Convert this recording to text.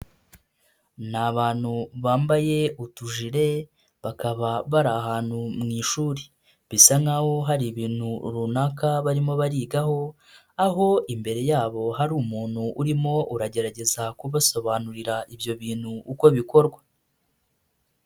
Ni abantu bambaye utujire bakaba bari ahantu mu ishuri bisa nk'aho hari ibintu runaka barimo barigaho aho imbere yabo hari umuntu urimo uragerageza kubasobanurira ibyo bintu uko bikorwa.